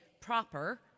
proper